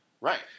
Right